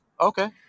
Okay